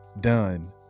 done